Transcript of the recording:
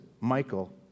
Michael